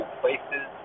places